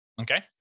Okay